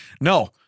no